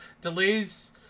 delays